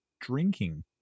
Drinking